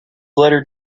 letter